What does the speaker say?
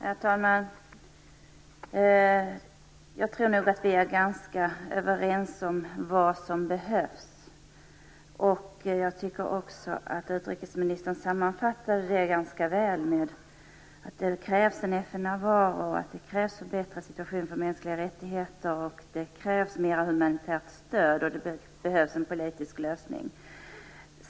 Herr talman! Jag tror nog att vi är ganska överens om vad som behövs. Utrikesministern sammanfattade detta ganska väl med att det krävs en FN-närvaro, en förbättrad situation när det gäller mänskliga rättigheter, mer humanitärt stöd och att det behövs en politisk lösning.